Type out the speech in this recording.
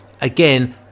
again